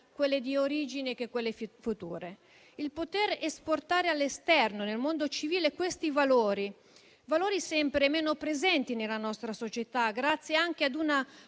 quelle di origine che quelle future. Poter esportare all'esterno, nel mondo civile, questi valori, valori sempre meno presenti nella nostra società (grazie anche ad una